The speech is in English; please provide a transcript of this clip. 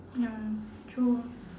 ya true ah